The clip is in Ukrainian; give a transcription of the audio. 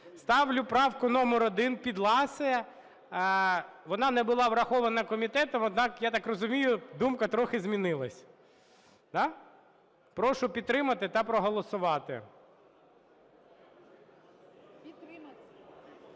Ставлю правку номер 1 Підласої, вона не була врахована комітетом. Однак, я так розумію, думка трохи змінилась, да? Прошу підтримати та проголосувати. 17:51:35